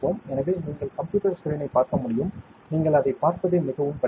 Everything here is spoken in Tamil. எனவே நீங்கள் கம்ப்யூட்டர் ஸ்க்ரீனை பார்க்க முடியும் நீங்கள் அதைப் பார்ப்பது மிகவும் கடினம்